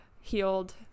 healed